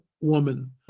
woman